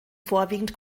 vorwiegend